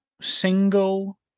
single